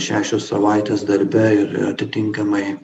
šešios savaitės darbe ir atitinkamai